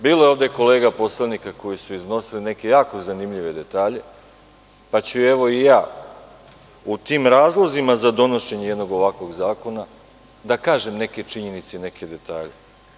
Bilo je ovde kolega poslanika koji su iznosili neke jako zanimljive detalje, pa ću evo i ja u tim razlozima za donošenje jednog ovakvog zakona da kažem neke činjenice i neke detalje.